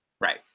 Right